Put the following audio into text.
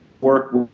work